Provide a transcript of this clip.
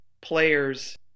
players